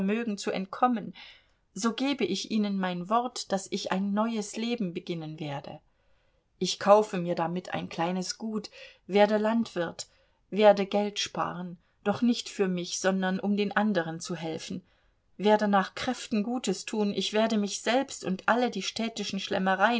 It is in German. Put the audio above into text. vermögen zu entkommen so gebe ich ihnen mein wort daß ich ein neues leben beginnen werde ich kaufe mir damit ein kleines gut werde landwirt werde geld sparen doch nicht für mich sondern um den anderen zu helfen werde nach kräften gutes tun ich werde mich selbst und alle die städtischen